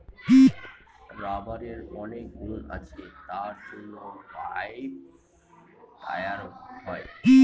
রাবারের অনেক গুণ আছে তার জন্য পাইপ, টায়ার হয়